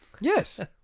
Yes